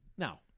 Now